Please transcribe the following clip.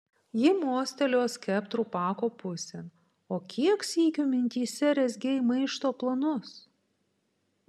ji mostelėjo skeptru pako pusėn o kiek sykių mintyse rezgei maišto planus